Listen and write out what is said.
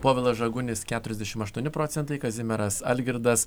povilas žagunis keturiasdešimt aštuoni procentai kazimieras algirdas